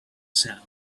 sound